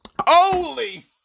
Holy